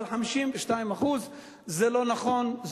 אבל 52% זה לא נכון,